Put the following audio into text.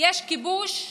יש כיבוש,